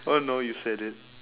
oh no you said it